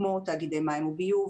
כמו תאגידי מים וביוב